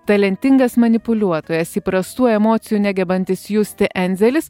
talentingas manipuliuotojas įprastų emocijų negebantis justi enzelis